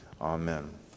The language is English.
Amen